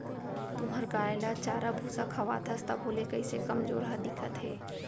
तुंहर गाय ल चारा भूसा खवाथस तभो ले कइसे कमजोरहा दिखत हे?